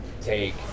Take